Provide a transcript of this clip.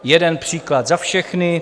Jeden příklad za všechny: